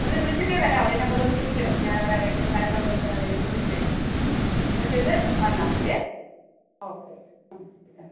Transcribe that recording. പിന്നെ വിളിച്ചിട്ടെ വരാവുള്ളു ഈ നമ്പറിലൊന്ന് വിളിക്കണം ഞാൻ അവിടെ അവൈലബിൾ ആയിട്ട് ഉണ്ടോ എന്നത് അറിയില്ല ഒന്ന് വിളിച്ചേക്കണം വിളിച്ചിട്ട് വന്നാൽ മതിയേ ഓക്കെ മ്മ് ആ